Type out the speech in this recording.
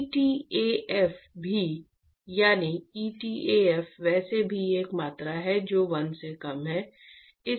Etaf भी यानी etaf वैसे भी एक मात्रा है जो 1 से कम है